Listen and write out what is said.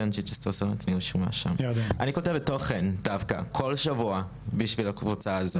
אני כותבת תוכן כל שבוע בשביל הקבוצה הזאת.